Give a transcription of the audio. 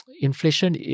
inflation